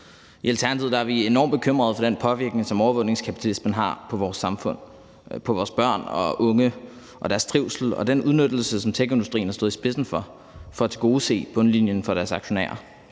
I Alternativet er vi enormt bekymrede for den påvirkning, som overvågningskapitalismen har på vores samfund og på vores børn og unge og deres trivsel, og for den udnyttelse, som techindustrien har stået i spidsen for for at tilgodese bundlinjen for deres aktionærer.